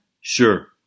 Sure